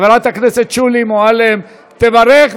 חברת הכנסת שולי מועלם תברך,